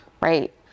Right